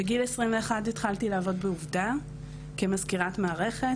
בגיל עשרים ואחת התחלתי לעבוד בעובדה כמזכירת מערכת.